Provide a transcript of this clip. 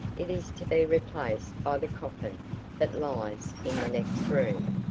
it is to be replaced by the coffin that lies in the next room,